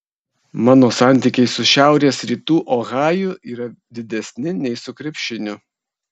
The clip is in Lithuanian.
mano santykiai su šiaurės rytų ohaju yra didesni nei su krepšiniu